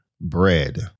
bread